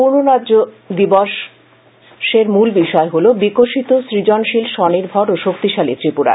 পূর্ণরাজ্য দিবসের মূল বিষয় হল বিকশিত সৃজনশীল স্বনির্ভর ও শক্তিশালী ত্রিপুরা